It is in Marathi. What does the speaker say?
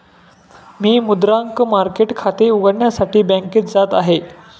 मी मुद्रांक मार्केट खाते उघडण्यासाठी बँकेत जात आहे